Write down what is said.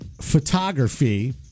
photography